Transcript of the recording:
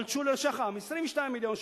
"אלטשולר שחם" 22 מיליון שקלים,